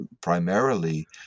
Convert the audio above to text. primarily